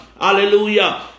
hallelujah